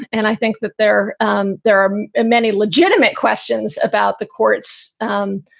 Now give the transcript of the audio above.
and i think that there um there are many legitimate questions about the courts and